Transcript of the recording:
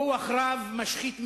כוח רב משחית מאוד.